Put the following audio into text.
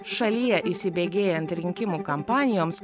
šalyje įsibėgėjant rinkimų kampanijoms